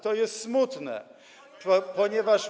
To jest smutne, ponieważ.